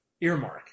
earmark